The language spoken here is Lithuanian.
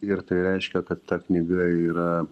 ir tai reiškia kad ta knyga yra